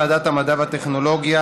בוועדת המדע והטכנולוגיה,